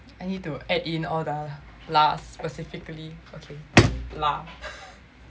and need to add in all the lah specifically okay lah